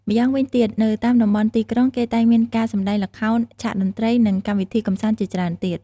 ម្យ៉ាងវិញទៀត នៅតាមតំបន់ទីក្រុង គេតែងមានការសម្ដែងល្ខោន ឆាកតន្ត្រី និងកម្មវិធីកម្សាន្តជាច្រើនទៀត។